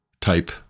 type